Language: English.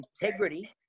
integrity